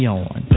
on